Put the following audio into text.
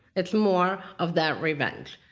it's more of that revenge.